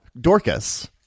Dorcas